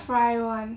fried [one]